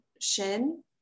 Shin